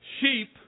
Sheep